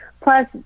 plus